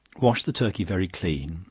wash the turkey very clean,